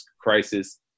crisis